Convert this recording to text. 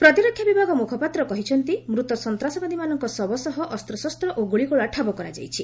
ପ୍ରତିରକ୍ଷା ବିଭାଗ ମୁଖପାତ୍ର କହିଛନ୍ତି ମୃତ ସନ୍ତାସବାଦୀମାନଙ୍କ ଶବ ସହ ଅସ୍ତ୍ରଶସ୍ତ ଓ ଗୁଳିଗୋଳା ଠାବ କରାଯାଇଛି